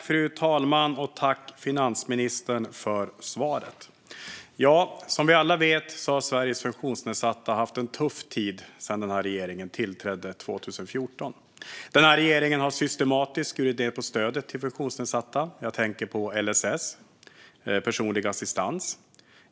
Fru talman! Tack, finansministern, för svaret! Som vi alla vet har Sveriges funktionsnedsatta haft en tuff tid sedan regeringen tillträdde 2014. Regeringen har systematiskt skurit ned på stödet till funktionsnedsatta. Jag tänker på LSS och personlig assistans.